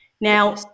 Now